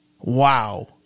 Wow